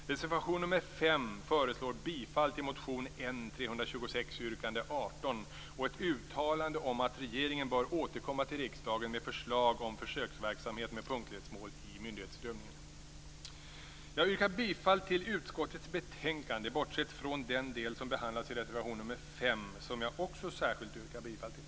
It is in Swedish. I reservation nr 5 föreslås bifall till motion N326, yrkande 18 och ett uttalande om att regeringen bör återkomma till riksdagen med förslag om försöksverksamhet med punktlighetsmål i myndighetsutövningen. Jag yrkar bifall till utskottets hemställan, bortsett från den del som behandlas i reservation nr 5 som jag också särskilt yrkar bifall till.